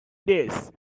this